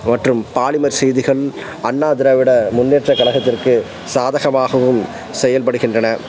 மற்றும் பாலிமர் செய்திகள் அண்ணா திராவிட முன்னேற்றக் கழகத்திற்கு சாதகமாகவும் செயல்படுகின்றன